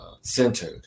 centered